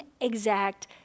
exact